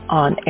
on